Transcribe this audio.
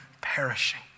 perishing